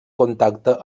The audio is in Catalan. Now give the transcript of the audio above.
contacte